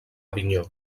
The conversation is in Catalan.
avinyó